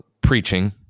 preaching